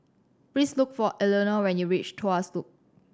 please look for Elenore when you reach Tuas Loop